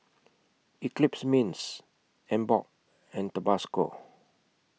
Eclipse Mints Emborg and Tabasco